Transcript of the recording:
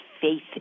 faith